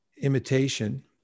imitation